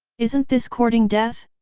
isn't this courting death?